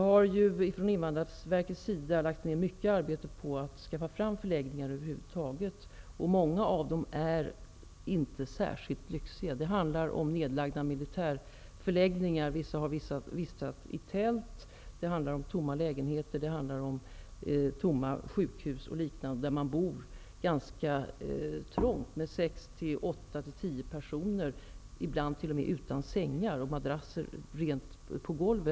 Inom Invandrarverket har man lagt ned mycket arbete på att skaffa fram förläggningar, och många av dessa förläggningar är inte särskilt lyxiga. Det rör sig om nedlagda militärförläggningar -- vissa flyktingar har fått bo i tält --, om tomma lägenheter, om utrymda sjukhus och liknande. Man bor ganska trångt: 6--10 personer i ett rum, där det ibland inte finns några sängar, utan man får ligga på madrasser direkt på golvet.